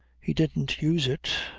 he didn't use it.